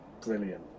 brilliant